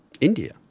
India